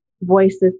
voices